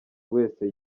wese